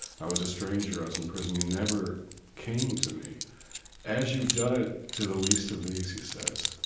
i was a stranger, i was in prison. you never came to me as you have done it to the least of these, he says,